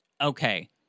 Okay